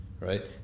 right